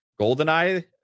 GoldenEye